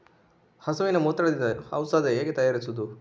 ಹಸುವಿನ ಮೂತ್ರದಿಂದ ಔಷಧ ಹೇಗೆ ತಯಾರಿಸುವುದು?